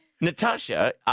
Natasha